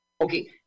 Okay